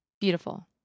beautiful